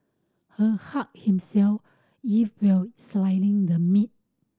her hurt himself if while slicing the meat